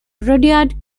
rudyard